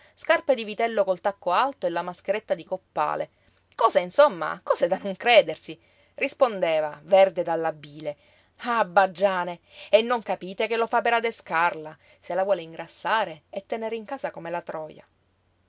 scarpe di vitello col tacco alto e la mascheretta di coppale cose insomma cose da non credersi rispondeva verde dalla bile ah baggiane e non capite che lo fa per adescarla se la vuole ingrassare e tenere in casa come la troja